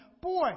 boy